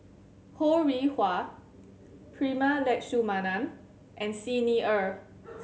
Ho Rih Hwa Prema Letchumanan and Xi Ni Er